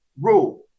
rule